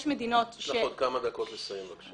יש לך עוד כמה דקות לסיים, בבקשה.